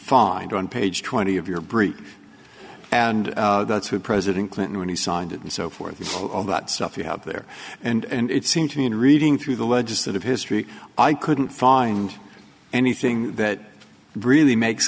find on page twenty of your brief and that's who president clinton when he signed it and so forth all that stuff you have there and it seems to me in reading through the legislative history i couldn't find anything that really makes